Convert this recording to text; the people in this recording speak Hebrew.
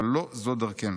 אבל לא זו דרכנו.